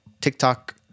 TikTok